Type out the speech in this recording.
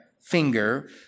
finger